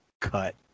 cut